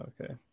Okay